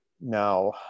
now